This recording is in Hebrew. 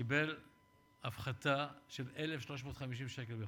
קיבל הפחתה של 1,350 שקל בחודש,